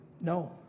No